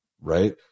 right